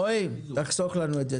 רועי, תחסוך לנו את זה.